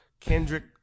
Kendrick